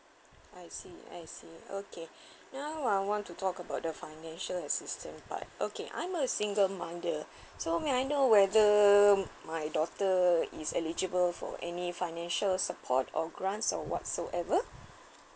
I see I see okay now I want to talk about the financial assistance but okay I'm a single mother so may I know whether my daughter is eligible for any financial support or grants or whatsoever